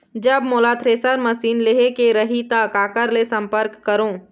जब मोला thresher machine लेहेक रही ता काकर ले संपर्क करों?